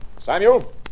Samuel